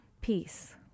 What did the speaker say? peace